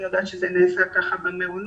אני יודעת שזה נעשה כך במעונות.